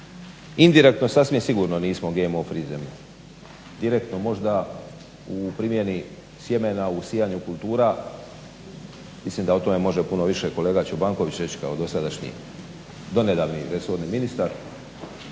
indirektno sasvim nismo GMO prizemlje, direktno možda u primjeni sjemena u sijanju kultura. Mislim da o tome može puno više kolega Čobanković reći kao dosadašnji, donedavni resorni ministar